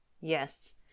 Yes